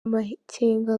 amakenga